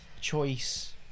choice